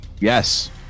Yes